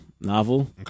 novel